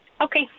Okay